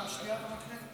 (קורא בשמות חברי הכנסת)